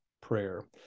prayer